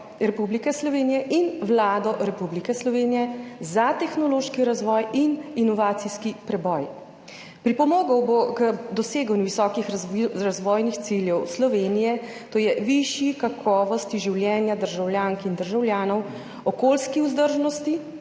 Republike Slovenije **9. TRAK (VI) 16.05** (nadaljevanje) za tehnološki razvoj in inovacijski preboj. Pripomogel bo k doseganju visokih razvojnih ciljev Slovenije. To je višji kakovosti življenja državljank in državljanov, okoljski vzdržnosti